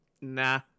Nah